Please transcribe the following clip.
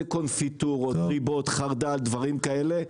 זה קונפיטורות, ריבות, חרדל, דברים כאלה.